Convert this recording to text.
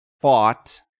fought